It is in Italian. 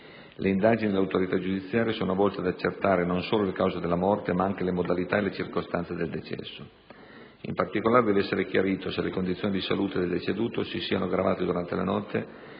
Le indagini dell'autorità giudiziaria sono volte ad accertare non solo le cause della morte, ma anche le modalità e le circostanze del decesso. In particolare, deve essere chiarito se le condizioni di salute del deceduto si siano aggravate durante la notte